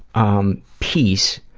um, piece,